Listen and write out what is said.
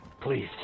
Please